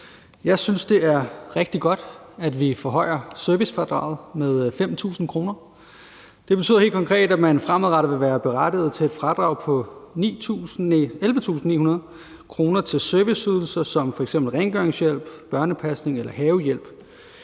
Jeg synes, det er rigtig godt, at vi forhøjer servicefradraget med 5.000 kr. Det betyder helt konkret, at man fremadrettet vil være berettiget til et fradrag på 11.900 kr. til serviceydelser som f.eks. rengøringshjælp, børnepasning eller havehjælp,